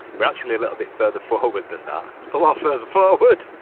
we're actually a little bit further forward than that. a lot further forward.